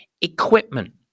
equipment